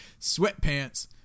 sweatpants